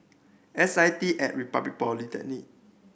S I T At Republic Polytechnic